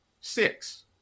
six